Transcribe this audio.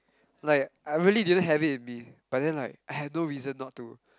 like I really didn't have it in me but then like I have no reason not to